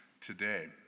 today